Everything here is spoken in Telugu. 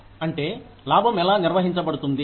అంటే లాభం ఎలా నిర్వహించబడుతుంది